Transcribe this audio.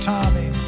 Tommy